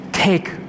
take